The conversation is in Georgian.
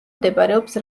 მდებარეობს